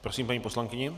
Prosím paní poslankyni.